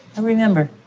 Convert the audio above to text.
i remember.